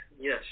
Yes